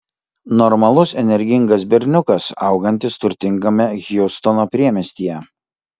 normalus energingas berniukas augantis turtingame hjustono priemiestyje